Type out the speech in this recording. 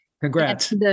Congrats